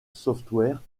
software